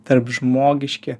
tarp žmogiški